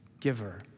giver